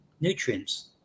nutrients